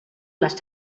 les